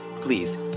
please